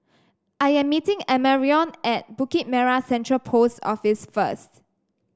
I am meeting Amarion at Bukit Merah Central Post Office first